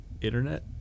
Internet